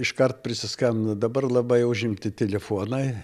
iškart prisiskambinu dabar labai užimti telefonai